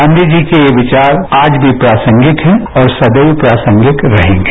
गांधी जी के ये विचार आज भी प्रासंगिक हैं और सदैव प्रासंगिक रहेंगे